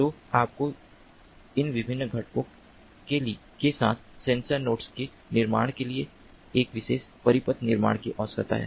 तो आपको इन विभिन्न घटकों के साथ सेंसर नोड्स के निर्माण के लिए एक विशेष परिपथ निर्माण की आवश्यकता है